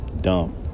dumb